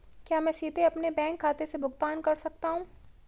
क्या मैं सीधे अपने बैंक खाते से भुगतान कर सकता हूं?